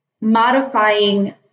modifying